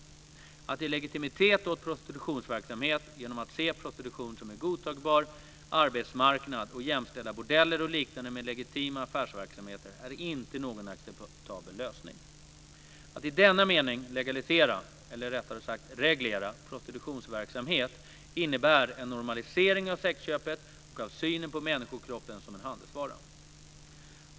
Att ge legitimitet åt prostitutionsverksamhet genom att se prostitution som en godtagbar arbetsmarknad och jämställa bordeller och liknande med legitima affärsverksamheter är inte någon acceptabel lösning. Att i denna mening legalisera - eller rättare sagt reglera - prostitutionsverksamhet innebär en normalisering av sexköpet och av synen på människokroppen som en handelsvara.